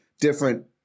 different